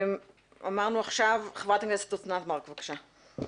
עכשיו חברת הכנסת אוסנת מארק, בבקשה.